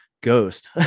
ghost